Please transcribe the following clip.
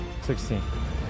16